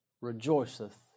rejoiceth